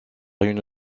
une